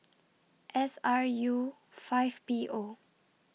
S R U five P O